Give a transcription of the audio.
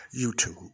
YouTube